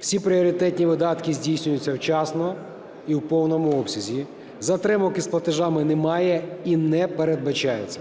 Усі пріоритетні видатки здійснюються вчасно і в повному обсязі, затримок із платежами немає і не передбачається.